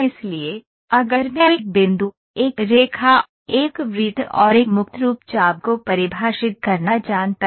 इसलिए अगर मैं एक बिंदु एक रेखा एक वृत्त और एक मुक्त रूप चाप को परिभाषित करना जानता हूं